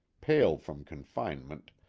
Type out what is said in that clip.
pale from confinement,